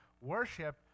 Worship